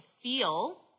feel